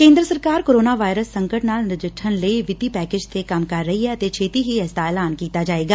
ਕੇਂਦਰ ਸਰਕਾਰ corona virus ਸੰਕਟ ਨਾਲ ਨਿਪੱਟਣ ਲਈ ਵਿੱਤੀ ਪੈਕੇਜ ਤੇ ਕੰਮ ਕਰ ਰਹੀ ਐ ਅਤੇ ਛੇਤੀ ਹੀ ਇਸਦਾ ਐਲਾਨ ਕੀਤਾ ਜਾਏਗਾ